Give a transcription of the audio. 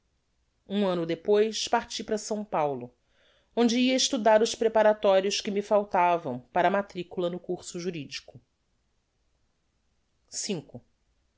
um anno depois parti para s paulo onde ia estudar os preparatorios que me faltavam para a matricula no curso juridico